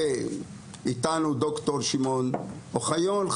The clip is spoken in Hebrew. איתנו ד"ר שמעון אוחיון,